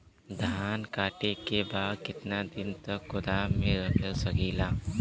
धान कांटेके बाद कितना दिन तक गोदाम में रख सकीला?